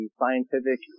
scientific